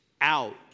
out